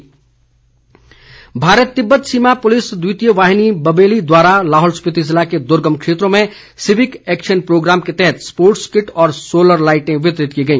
ITBP Bharat Tibet सीमा पुलिस द्वितीय वाहिनी बबेली द्वारा लाहौल स्पीति ज़िले के दुर्गम क्षेत्रों में सिविक एक्शन प्रोग्राम के तहत स्पोर्ट्स किट व सोलर लाइटे वितरित की गई